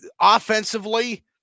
Offensively